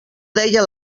deia